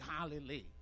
Galilee